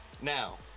Now